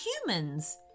humans